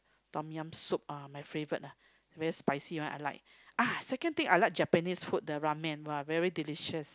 Tom-Yum soup uh my favourite ah very spicy one I like ah second thing I like Japanese food the ramen !wah! very delicious